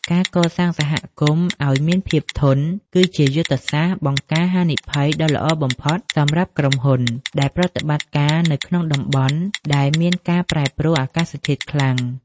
ការកសាងសហគមន៍ឱ្យមានភាពធន់ គឺជាយុទ្ធសាស្ត្របង្ការហានិភ័យដ៏ល្អបំផុតសម្រាប់ក្រុមហ៊ុន ដែលប្រតិបត្តិការនៅក្នុងតំបន់ដែលមានការប្រែប្រួលអាកាសធាតុខ្លាំង។